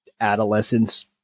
adolescence